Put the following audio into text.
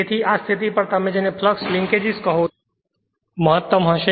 તેથી આ સ્થિતિ પર તમે જેને ફ્લક્સ લિન્કેજીસ કહો છો તે મહત્તમ હશે